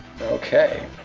Okay